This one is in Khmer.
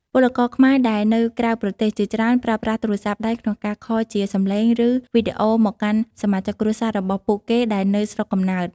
ពលករខ្មែរដែលនៅក្រៅប្រទេសជាច្រើនប្រើប្រាស់ទូរស័ព្ទដៃក្នុងការខលជាសម្លេង ឬ វីដេអូមកកាន់សមាជិកគ្រួសាររបស់ពួកគេដែលនៅស្រុកកំណើត។